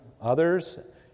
others